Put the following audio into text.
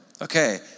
Okay